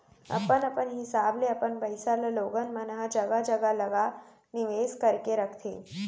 अपन अपन हिसाब ले अपन पइसा ल लोगन मन ह जघा जघा लगा निवेस करके रखथे